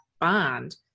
bond